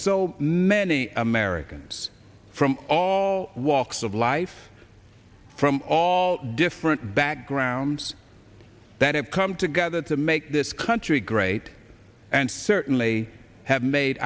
so many americans from all walks of life from all different backgrounds that have come together to make this country great and certainly have made